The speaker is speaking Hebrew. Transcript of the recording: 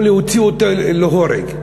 או להוציא אותי להורג.